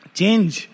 change